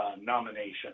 nomination